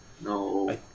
No